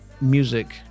music